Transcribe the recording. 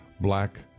Black